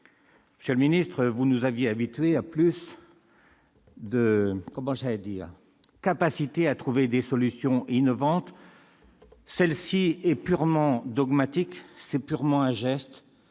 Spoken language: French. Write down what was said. Monsieur le ministre d'État, vous nous aviez habitués à plus de talent pour trouver des solutions innovantes. Ce texte est purement dogmatique, c'est seulement un geste,